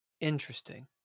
Interesting